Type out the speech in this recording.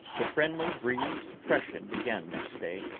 the friendly breeze freshened again next day,